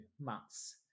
months